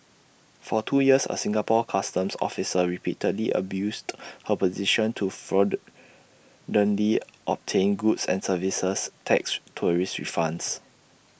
for two years A Singapore Customs officer repeatedly abused her position to fraudulently obtain goods and services tax tourist refunds